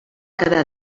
quedar